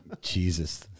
Jesus